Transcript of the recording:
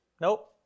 Nope